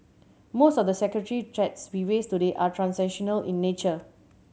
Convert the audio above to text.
most of the security threats we face today are transnational in nature